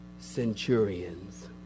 centurions